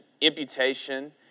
imputation